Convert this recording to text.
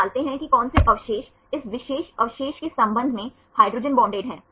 सही क्या है या CD HIT में प्रयुक्त सिद्धांत क्या है